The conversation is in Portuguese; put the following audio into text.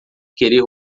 querer